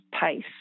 pace